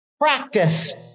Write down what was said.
practice